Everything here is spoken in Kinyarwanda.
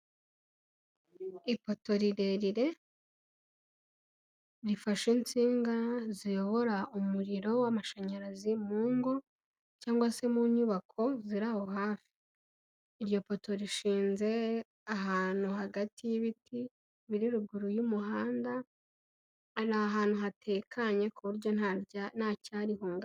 Ipoto rirerire rifashe insinga ziyobora umuriro w'amashanyarazi mu ngo cyangwag se mu nyubako ziri aho hafi, iryo poto rishinze ahantu hagati y'ibiti biri ruguru y'umuhanda, hari ahantu hatekanye ku buryo nta cyarihungabanya.